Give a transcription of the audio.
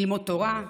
ללמוד תורה,